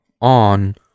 on